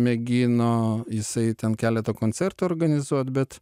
mėgino jisai ten keletą koncertų organizuot bet